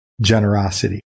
generosity